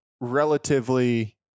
relatively